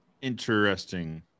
Interesting